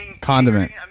Condiment